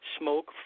smoke